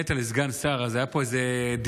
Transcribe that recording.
כשמונית לסגן שר היו פה דיבורים,